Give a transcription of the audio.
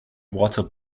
water